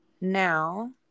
now